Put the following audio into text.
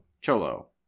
Cholo